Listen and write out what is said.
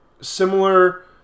Similar